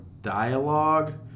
dialogue